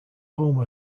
home